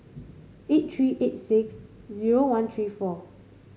eight three eight six zero one three four